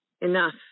Enough